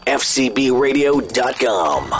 fcbradio.com